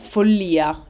Follia